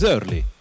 Early